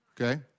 Okay